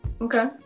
Okay